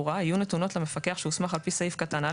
יהיו נתונות למפקח שהוסמך לפי סעיף קטן (א),